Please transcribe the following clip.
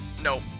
Nope